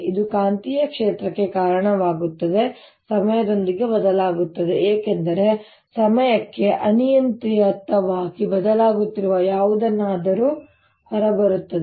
ಇದು ಕಾಂತೀಯ ಕ್ಷೇತ್ರಕ್ಕೆ ಕಾರಣವಾಗುತ್ತದೆ ಅದು ಸಮಯದೊಂದಿಗೆ ಬದಲಾಗುತ್ತದೆ ಏಕೆಂದರೆ ಸಮಯಕ್ಕೆ ಅನಿಯಂತ್ರಿತವಾಗಿ ಬದಲಾಗುತ್ತಿರುವ ಯಾವುದನ್ನಾದರೂ ಹೊರಬರುತ್ತದೆ